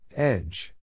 Edge